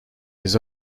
les